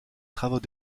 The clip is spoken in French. travaux